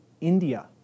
India